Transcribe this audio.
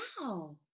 wow